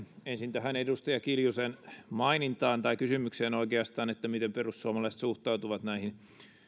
ensin tähän edustaja kiljusen mainintaan tai kysymykseen oikeastaan miten perussuomalaiset suhtautuvat näihin